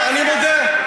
אני מודה,